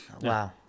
wow